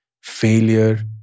failure